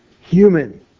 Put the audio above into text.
human